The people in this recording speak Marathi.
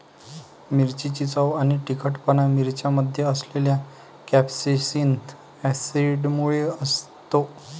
मिरचीची चव आणि तिखटपणा मिरच्यांमध्ये असलेल्या कॅप्सेसिन ऍसिडमुळे असतो